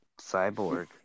cyborg